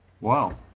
Wow